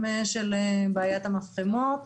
גם של בעיית המפחמות,